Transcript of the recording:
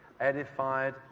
edified